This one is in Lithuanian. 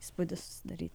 įspūdį susidaryt